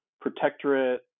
Protectorate